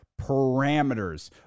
parameters